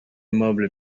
aimable